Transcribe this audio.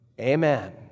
amen